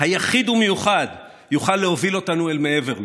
היחיד ומיוחד, יוכל להוביל אותנו אל מעבר לו.